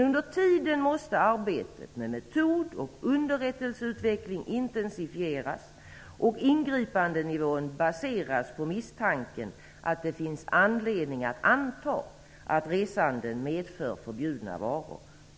Under tiden måste arbetet med metod och underrättelseutveckling intensifieras och ingripandenivån baseras på misstanken att det finns "anledning att anta" att resanden medför förbjudna varor.